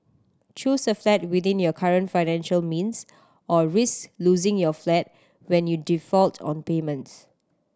choose a flat within your current financial means or risk losing your flat when you default on payments